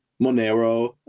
Monero